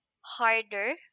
harder